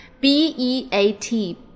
B-E-A-T